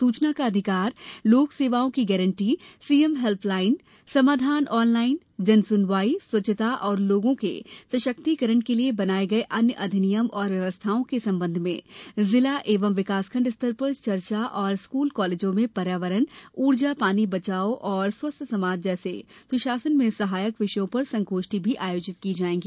सूचना का अधिकार लोक सेवाओं की गारंटी सीएम हेल्पलाइन समाधान ऑनलाइन जन सुनवाई स्वच्छता और लोगों के सशक्तिकरण के लिये बनाये गये अन्य अधिनियम और व्यवस्थाओं के संबंध में जिला एवं विकासखण्ड स्तर पर चर्चा और स्कूल कॉलेजों में पर्यावरण ऊर्जा पानी बचाओ एवं स्वस्थ समाज जैसे सुशासन में सहायक विषयों पर संगोष्ठी भी आयोजित की जायेंगी